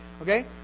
Okay